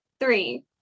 three